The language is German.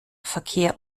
verkehr